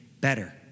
better